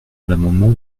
l’amendement